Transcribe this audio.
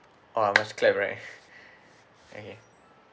oh I must clap right okay